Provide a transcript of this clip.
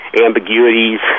ambiguities